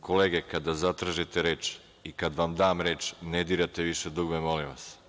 Kolege, kada zatražite reč i kad vam dam reč, ne dirate više dugme, molim vas.